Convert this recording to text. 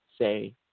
say